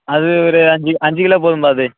அது ஒரு அஞ்சு அஞ்சு கிலோ போதும்பா அது